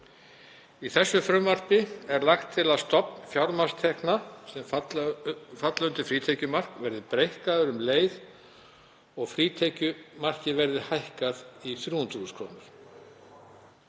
Í þessu frumvarpi er lagt til að stofn fjármagnstekna sem falla undir frítekjumark verði breikkaður um leið og frítekjumarkið verði hækkað í 300.000 kr.